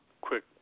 quick